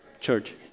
church